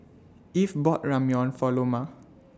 Eve bought Ramyeon For Loma